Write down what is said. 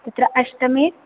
तत्र अष्टमे